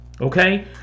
okay